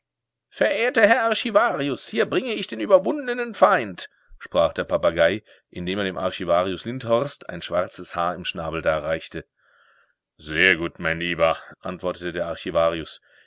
verehrter herr archivarius hier bringe ich den überwundenen feind sprach der papagei indem er dem archivarius lindhorst ein schwarzes haar im schnabel darreichte sehr gut mein lieber antwortete der archivarius